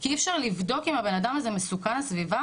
כי אי אפשר לבדוק אם הבן אדם הזה מסוכן לסביבה?